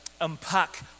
unpack